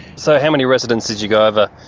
so how many residents did you go over